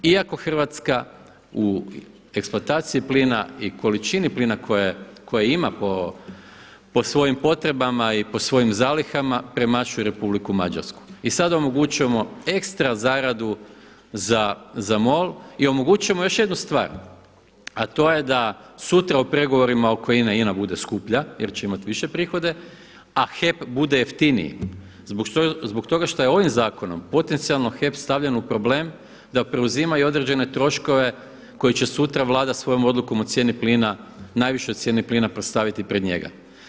Iako Hrvatska u eksploataciji plina i količini plina koje ima po svojim potrebama i po svojim zalihama premašuje Republiku Mađarsku i sada omogućujemo ekstra zaradu za MOL i omogućujemo još jednu stvar, a to je da sutra u pregovorima oko INA-e INA bude skuplja jer će imati više prihode, a HEP bude jeftiniji zbog toga što je ovim zakonom potencijalno HEP stavljen u problem da preuzima i određene troškove koji će sutra svojom odlukom o cijeni plina najviše o cijeni plina staviti pred njega.